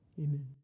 Amen